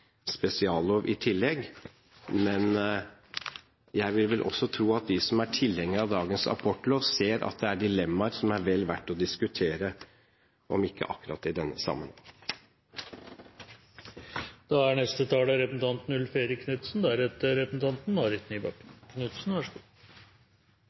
spesiallov i tillegg. Men jeg vil også tro at de som er tilhengere av dagens abortlov, ser at det er dilemmaer som er vel verdt å diskutere – om ikke akkurat i denne sammenheng.